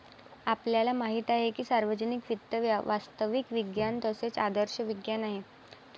आपल्याला माहित आहे की सार्वजनिक वित्त वास्तविक विज्ञान तसेच आदर्श विज्ञान आहे